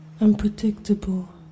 Unpredictable